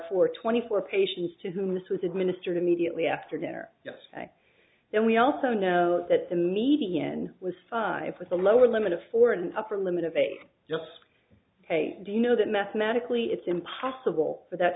four twenty four patients to whom this was administered immediately after dinner yes and we also know that the median was five with the lower limit of for an upper limit of a just a do you know that mathematically it's impossible for that